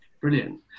Brilliant